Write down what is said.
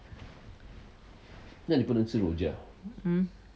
mmhmm